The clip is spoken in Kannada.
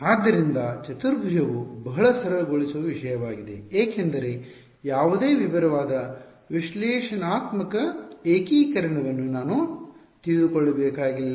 ಆದ್ದರಿಂದ ಚತುರ್ಭುಜವು ಬಹಳ ಸರಳಗೊಳಿಸುವ ವಿಷಯವಾಗಿದೆ ಏಕೆಂದರೆ ಯಾವುದೇ ವಿವರವಾದ ವಿಶ್ಲೇಷಣಾತ್ಮಕ ಏಕೀಕರಣವನ್ನು ನಾನು ತಿಳಿದುಕೊಳ್ಳಬೇಕಾಗಿಲ್ಲ